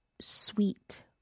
sweet